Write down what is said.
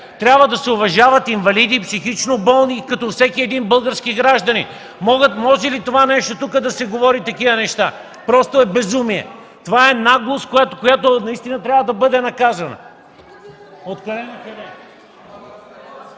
Трябва да се уважават инвалиди, психично болни като всеки един български гражданин. Може ли да се говорят тук такива неща?! Просто е безумие. Това е наглост, която наистина трябва да бъде наказана. (Силен шум